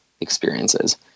experiences